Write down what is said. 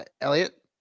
elliot